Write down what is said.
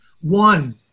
One